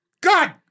God